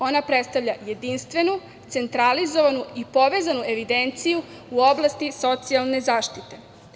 Ona predstavlja jedinstvenu centralizovanu i povezanu evidenciju u oblasti socijalne zaštite.